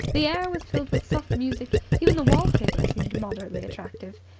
the air was filled with soft music. even the wallpaper seemed moderately attractive.